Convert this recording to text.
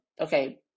Okay